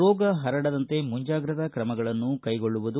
ರೋಗ ಪರಡದಂತೆ ಮುಂಜಾಗ್ರತಾ ಕ್ರಮಗಳನ್ನು ಕೈಗೊಳ್ಳುವುದು